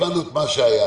הבנו את מה שהיה.